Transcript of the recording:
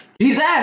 Jesus